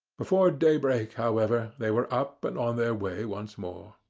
before daybreak, however, they were up and on their way once more.